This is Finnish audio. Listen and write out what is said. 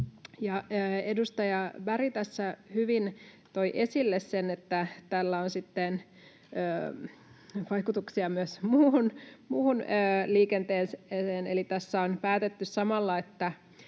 Edustaja Berg tässä hyvin toi esille sen, että tällä on vaikutuksia myös muuhun liikenteeseen. Eli tässä on päätetty samalla, että